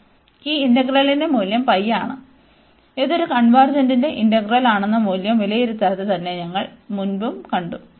അതിനാൽ ഈ ഇന്റഗ്രലിന്റെ മൂല്യം ആണ് ഇത് ഒരു കൺവെർജെന്റ ഇന്റഗ്രൽ ആണെന്ന മൂല്യം വിലയിരുത്താതെ തന്നെ ഞങ്ങൾ മുമ്പും കണ്ടു